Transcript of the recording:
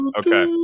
okay